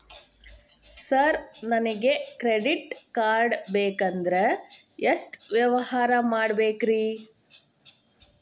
Sir ನನಗೆ credit card ಬೇಕಂದ್ರೆ ಎಷ್ಟು ವ್ಯವಹಾರ ಮಾಡಬೇಕ್ರಿ?